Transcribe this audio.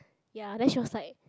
ya then she was like